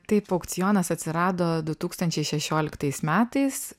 taip aukcionas atsirado du tūkstančiai šešioliktais metais